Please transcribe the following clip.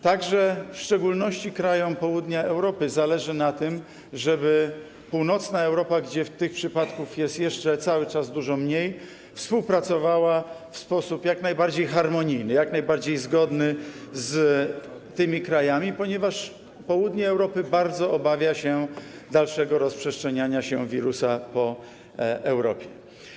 Także w szczególności krajom południa Europy zależy na tym, żeby północna Europa, gdzie tych przypadków jest jeszcze cały czas dużo mniej, współpracowała z nimi w sposób jak najbardziej harmonijny, jak najbardziej zgodny, ponieważ południe Europy bardzo obawia się dalszego rozprzestrzeniania się wirusa po Europie.